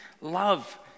love